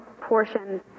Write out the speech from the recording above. portion